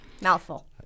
Mouthful